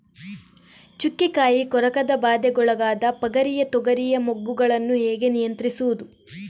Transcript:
ಚುಕ್ಕೆ ಕಾಯಿ ಕೊರಕದ ಬಾಧೆಗೊಳಗಾದ ಪಗರಿಯ ತೊಗರಿಯ ಮೊಗ್ಗುಗಳನ್ನು ಹೇಗೆ ನಿಯಂತ್ರಿಸುವುದು?